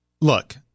Look